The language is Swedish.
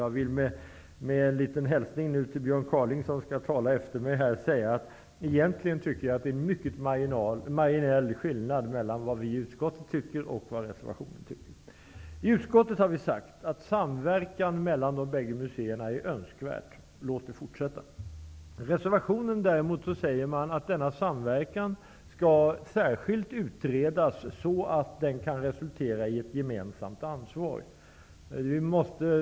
Jag vill med en litet hälsning till Björn Kaaling, som skall tala efter mig, säga att jag egentligen anser att det är en mycket marginell skillnad mellan vad utskottsmajoriteten tycker och vad reservanterna tycker. Utskottsmajoriteten har sagt att en samverkan mellan de bägge museerna är önskvärd. Låt den fortsätta. I reservationen sägs det däremot att denna samverkan skall utredas särskilt, så att den kan resultera i ett gemensamt ansvar.